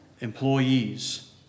employees